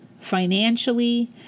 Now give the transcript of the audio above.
financially